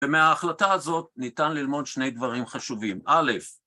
ומההחלטה הזאת ניתן ללמוד שני דברים חשובים, א'...